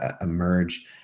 emerge